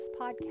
podcast